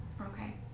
Okay